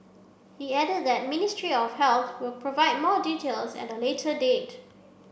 he added that ministry of healthy will provide more details at a later date